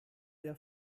der